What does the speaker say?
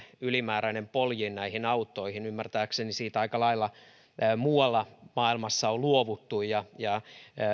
ylimääräinen poljin autoihin ymmärtääkseni siitä aika lailla muualla maailmassa on luovuttu ja ja